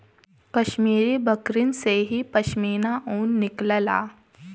कश्मीरी बकरिन से ही पश्मीना ऊन निकलला